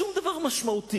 שום דבר משמעותי.